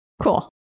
Cool